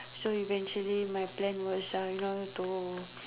so eventually my plan was uh you know to